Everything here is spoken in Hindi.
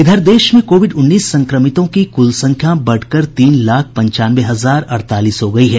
इधर देश में कोविड उन्नीस संक्रमितों की कुल संख्या बढ़कर तीन लाख पंचानवे हजार अड़तालीस हो गयी है